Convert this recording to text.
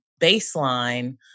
baseline